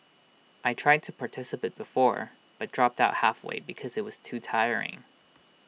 I tried to participate before but dropped out halfway because IT was too tiring